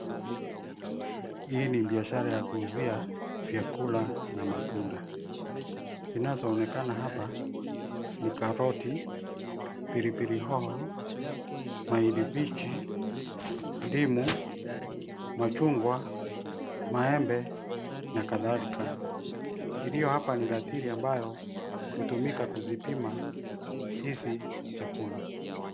Hii ni biashara ya kuuzia, vyakula na matunda. Zinazoonekana hapa, ni karoti, pilipili hoho, mahindi mbichi, ndimu, machungwa, maembe, na kadhalika. Iliyo hapa ni la ratili ambayo, hutumika kuzipima, hizi chakula.